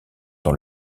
dans